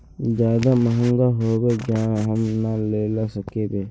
ज्यादा महंगा होबे जाए हम ना लेला सकेबे?